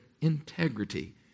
integrity